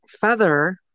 feather